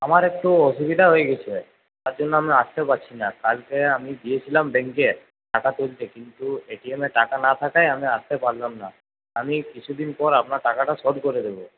আমার একটু অসুবিধা হয়ে গেছে তার জন্য আমি আসতেও পারছি না কালকে আমি গিয়েছিলাম ব্যাঙ্কে টাকা তুলতে কিন্তু এ টি এমে টাকা না থাকায় আমি আসতে পারলাম না আমি কিছুদিন পর আপনার টাকাটা শোধ করে দেবো